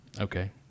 Okay